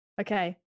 okay